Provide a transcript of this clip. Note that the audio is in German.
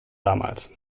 damals